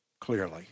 clearly